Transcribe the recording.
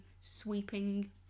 sweeping